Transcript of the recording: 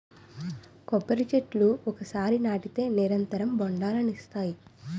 కొబ్బరి చెట్లు ఒకసారి నాటితే నిరంతరం బొండాలనిస్తాయి